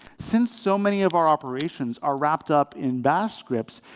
since so many of our operations are wrapped up in bash scripts,